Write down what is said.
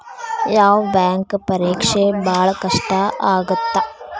ಯಾವ್ ಬ್ಯಾಂಕ್ ಪರೇಕ್ಷೆ ಭಾಳ್ ಕಷ್ಟ ಆಗತ್ತಾ?